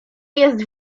jest